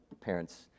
parents